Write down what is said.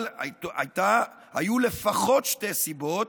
היו לפחות שתי סיבות